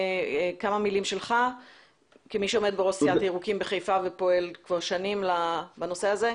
כמי שעומד בראש סיעת הירוקים בחיפה ופועל כבר שנים בנושא הזה,